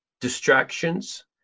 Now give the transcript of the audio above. Distractions